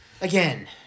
Again